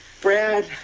Brad